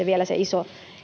vielä se iso